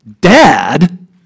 Dad